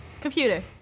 Computer